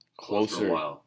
Closer